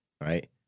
right